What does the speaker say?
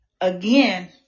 again